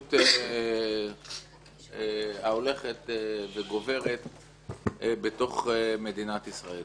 ההתבוללות ההולכת וגוברת בתוך מדינת ישראל.